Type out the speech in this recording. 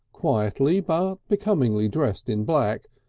quietly but becomingly dressed in black,